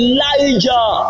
Elijah